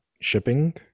shipping